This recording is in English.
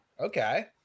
Okay